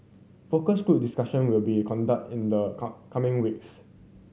focus group discussion will be conducted in the coming weeks